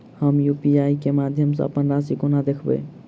हम यु.पी.आई केँ माध्यम सँ अप्पन राशि कोना देखबै?